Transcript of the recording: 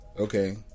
Okay